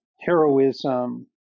heroism